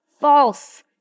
false